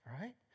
right